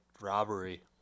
robbery